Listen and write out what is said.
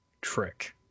trick